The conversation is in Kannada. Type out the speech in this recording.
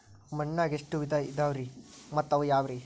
ಮಣ್ಣಾಗ ಎಷ್ಟ ವಿಧ ಇದಾವ್ರಿ ಮತ್ತ ಅವು ಯಾವ್ರೇ?